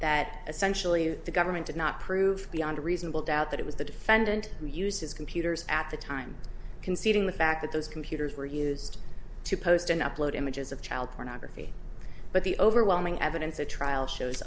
that essentially the government did not prove beyond a reasonable doubt that it was the defendant who uses computers at the time conceding the fact that those computers were used to post and upload images of child pornography but the overwhelming evidence the trial shows